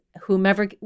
Whomever